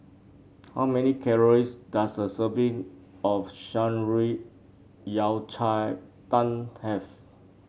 how many calories does a serving of Shan Rui Yao Cai Tang have